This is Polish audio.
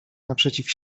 naprzeciw